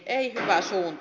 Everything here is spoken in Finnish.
ei hyvä suunta